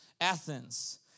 Athens